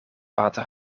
water